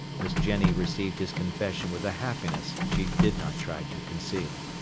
miss jenny received his confession with a happiness she did not try to conceal.